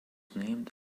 named